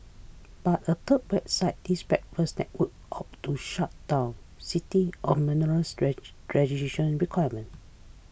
but a third website his Breakfast Network opted to shut down citing onerous registration requirements